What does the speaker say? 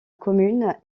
commune